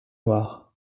noires